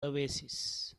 oasis